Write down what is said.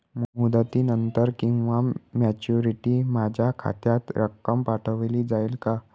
मुदतीनंतर किंवा मॅच्युरिटी माझ्या खात्यात रक्कम पाठवली जाईल का?